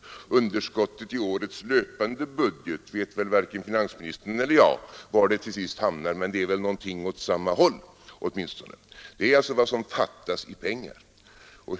Var underskottet i årets löpande budget till sist hamnar vet väl varken finansministern eller jag, men det går väl i samma riktning. Det är alltså vad som fattas i pengar.